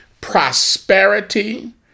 prosperity